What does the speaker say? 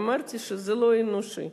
ואמרתי שזה לא אנושי.